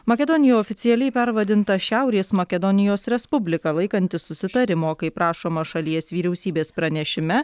makedonija oficialiai pervadinta šiaurės makedonijos respublika laikantis susitarimo kaip rašoma šalies vyriausybės pranešime